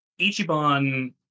Ichiban